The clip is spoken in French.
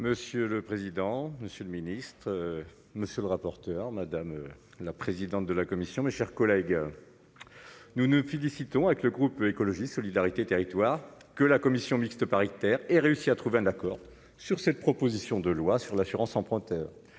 Monsieur le président, monsieur le ministre, monsieur le rapporteur, madame la présidente de la commission, mes chers collègues, nous nous félicitons avec le groupe Écologie Solidarité territoire que la commission mixte paritaire et réussi à trouver un accord. Sur cette proposition de loi sur l'assurance emprunteur